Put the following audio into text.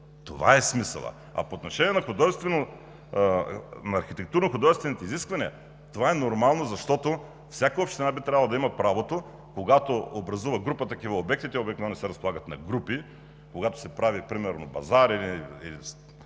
Това е смисълът! А по отношение на архитектурно-художествените изисквания, това е нормално. Защото всяка община би трябвало да има правото, когато образува група такива обекти, те обикновено се разполагат на групи – когато се прави примерно базар или